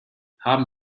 haben